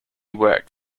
worked